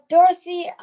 Dorothy